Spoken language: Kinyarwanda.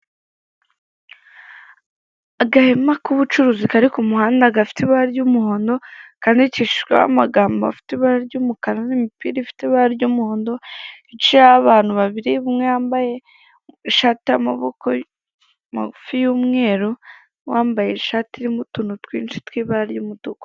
Agahema k'ubucuruzi kari k'umuhanda gafite ibara ry'umuhondo kandikishijweho amagambo afite ibara ry'umukara n'imipira ifite ibara ry'umuhondo hicayeho abantu babiri umwe yambaye ishati y'amaboko magufi y'umweru n'uwambaye ishati irimo utuntu twinshi tw'ibara ry'umutuku.